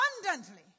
abundantly